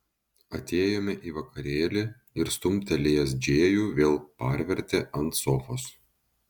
atėjome į vakarėlį ir stumtelėjęs džėjų vėl parvertė ant sofos